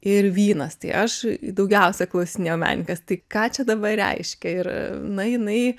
ir vynas tai aš daugiausia klausinėjau menininkės tai ką čia dabar reiškia ir na jinai